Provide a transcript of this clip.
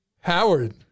Howard